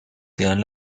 quedan